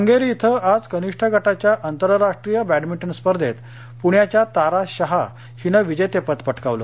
Hungary इथं आज कनिष्ठ गटाच्या आंतरराष्ट्रीय बॅडमिंटन स्पर्धेंत पुण्याच्या तारा शहा हिनं विजेतेपद पटकावलं